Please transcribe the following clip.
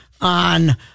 on